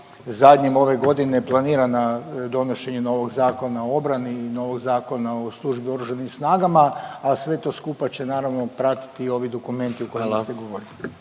zadnjem ove godine planirana donošenje novog Zakona o obrani i novog Zakona o službi u oružanim snagama, a sve to skupa će naravno pratiti i ovi dokumenti …/Upadica